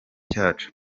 cyacu